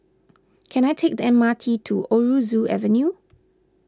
can I take the M R T to Aroozoo Avenue